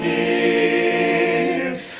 a